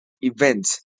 events